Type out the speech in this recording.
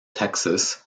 texas